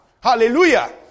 Hallelujah